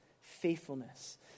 Faithfulness